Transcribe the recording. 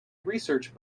research